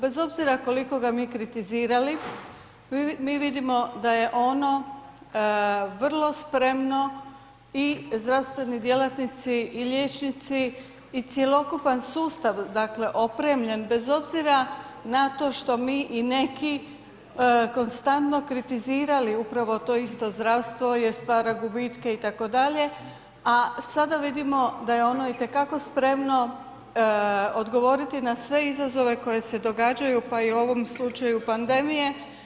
Bez obzira koliko ga mi kritizirali mi vidimo da je ono vrlo spremno i zdravstveni djelatnici i liječnici i cjelokupan sustav opremljen bez obzira na to što mi i neki konstantno kritizirali upravo to isto zdravstvo jer stvara gubitke itd., a sada vidimo da je ono itekako spremno odgovoriti na sve izazove koji se događaju pa i u ovom slučaju pandemije.